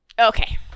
Okay